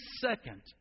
second